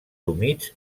humits